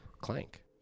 Clank